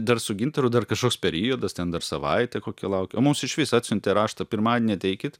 dar su gintaru dar kažkoks periodas ten dar savaitę kokią laukė o mums išvis atsiuntė raštą pirmadienį ateikit